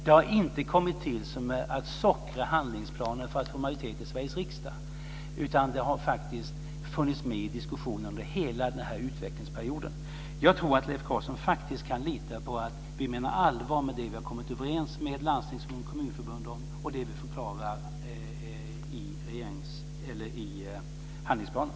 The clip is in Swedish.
Det har inte kommit till för att sockra handlingsplanen för att få majoritet i Sveriges riksdag. Det har faktiskt funnits med i diskussionen under hela denna utvecklingsperiod. Jag tror att Leif Carlson kan lita på att vi menar allvar med det vi har kommit överens med landstingsförbund och kommunförbund om och med det vi förklarar i handlingsplanen.